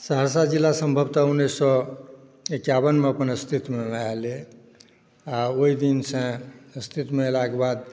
सहरसा ज़िला सम्भवत उन्नैस सए एकाबनमे अपन अस्तित्वमे आयल अइ आओ ओहि दिनसॅं अस्तित्वमे एलाक बाद